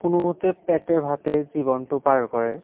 কোনোমতে পেটে ভাতে জীৱনটো পাৰ কৰে